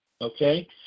okay